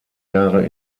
jahre